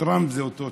טראמפ זה אותו טראמפ,